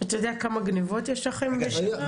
אתה יודע כמה גניבות יש לכם בשנה?